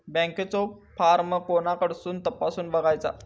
बँकेचो फार्म कोणाकडसून तपासूच बगायचा?